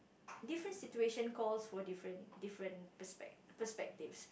different situations calls for different different perspec~ perspectives